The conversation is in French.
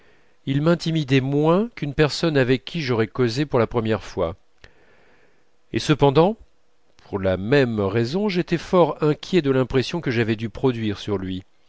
il m'intimidait moins qu'une personne avec qui j'aurais causé pour la première fois et cependant pour la même raison j'étais fort inquiet de l'impression que j'avais dû produire sur lui